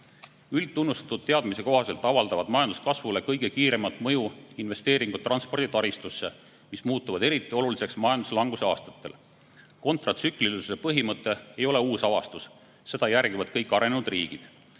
valdkonnad. Üldtunnustatud teadmise kohaselt avaldavad majanduskasvule kõige kiiremat mõju investeeringud transporditaristusse, mis muutuvad eriti oluliseks majanduslanguse aastatel. Kontratsüklilisuse põhimõte ei ole uus avastus, seda järgivad kõik arenenud riigid.